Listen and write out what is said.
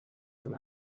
from